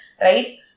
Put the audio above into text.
right